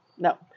No